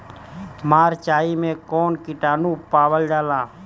मारचाई मे कौन किटानु पावल जाला?